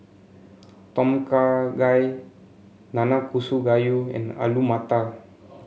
Tom Kha Gai Nanakusa Gayu and Alu Matar